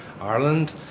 Ireland